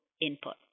input